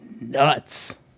nuts